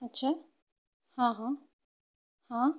ଆଚ୍ଛା ହଁ ହଁ ହଁ